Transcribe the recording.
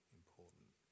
important